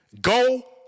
Go